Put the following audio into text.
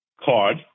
card